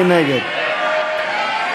מי נגד?